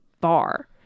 bar